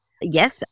Yes